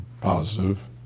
positive